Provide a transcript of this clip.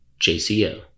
JCO